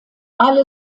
alle